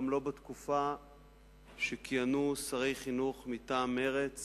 גם לא בתקופה שכיהנו שרי חינוך מטעם מרצ